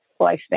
lifespan